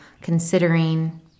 considering